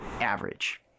average